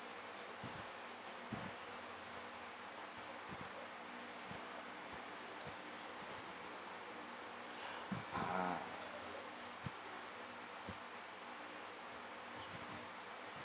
ah